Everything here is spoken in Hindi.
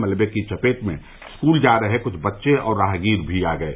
मलबे की चपेट में स्कूल जा रहे कुछ बच्चे और राहगीर भी आ गये